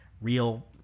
real